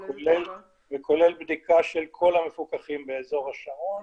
וכולל בדיקה של כל המפוקחים באזור השרון,